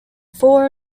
four